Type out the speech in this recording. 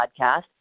podcast